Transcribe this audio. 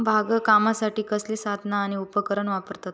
बागकामासाठी कसली साधना आणि उपकरणा वापरतत?